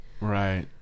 Right